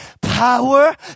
power